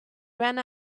ran